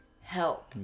help